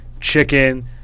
chicken